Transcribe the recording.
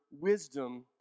wisdom